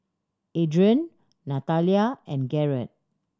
Adrain Natalia and Garrett